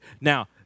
Now